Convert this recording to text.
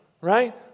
right